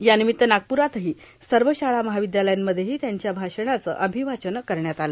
यानिमित्त नागपुरातील सर्व शाळा महाविद्यालयांमध्येही त्यांच्या भाषणाचं वाचन करण्यात आलं